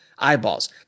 eyeballs